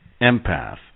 empath